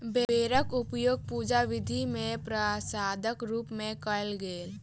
बेरक उपयोग पूजा विधि मे प्रसादक रूप मे कयल गेल